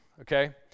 Okay